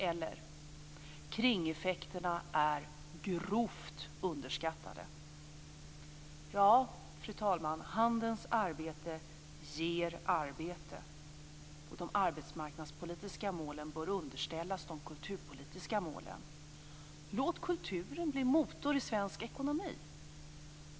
Eller, annorlunda uttryckt, kringeffekterna är grovt underskattade. Fru talman! Handens arbete ger arbete. De arbetsmarknadspolitiska målen bör underställas de kulturpolitiska målen. Låt kulturen bli motor i svensk ekonomi.